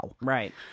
Right